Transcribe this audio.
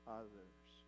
others